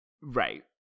right